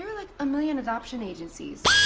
like, a million adoption agencies.